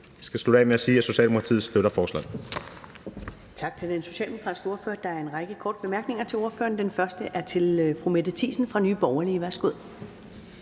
Jeg skal slutte af med at sige, at Socialdemokratiet støtter forslaget.